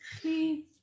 please